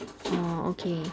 orh okay